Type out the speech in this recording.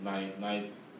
nine nine